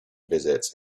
visits